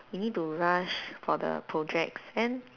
we need to rush for the projects and